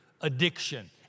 addiction